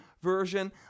version